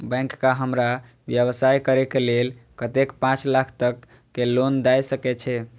Bank का हमरा व्यवसाय करें के लेल कतेक पाँच लाख तक के लोन दाय सके छे?